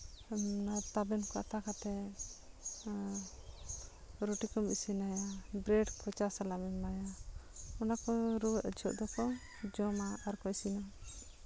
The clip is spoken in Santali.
ᱟᱨ ᱛᱟᱵᱮᱱ ᱠᱚ ᱟᱛᱟ ᱠᱟᱛᱮ ᱟᱨ ᱨᱩᱴᱤ ᱠᱚᱢ ᱤᱥᱤᱱ ᱟᱭᱟ ᱵᱨᱮᱰ ᱠᱚ ᱪᱟ ᱥᱟᱞᱟᱜ ᱮᱢᱟᱭᱟ ᱚᱱᱟ ᱠᱚ ᱨᱩᱣᱟᱹᱜ ᱡᱚᱦᱚᱜ ᱫᱚᱠᱚ ᱡᱚᱢᱟ ᱟᱨ ᱠᱚ ᱤᱥᱤᱱᱟ